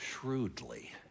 shrewdly